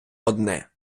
одне